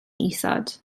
isod